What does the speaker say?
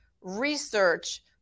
research